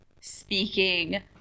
speaking